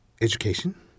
education